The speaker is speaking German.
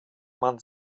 man